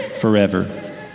forever